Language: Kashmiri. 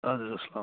اَدٕ حظ اَسلام